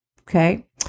okay